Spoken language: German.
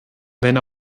wenn